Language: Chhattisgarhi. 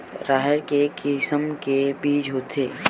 राहेर के किसम के बीज होथे?